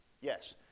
Yes